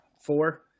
four